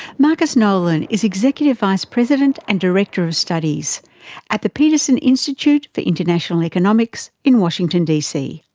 marcus noland is executive vice president and director of studies at the peterson institute for international economics in washington, dc.